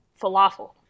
falafel